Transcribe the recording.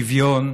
שוויון,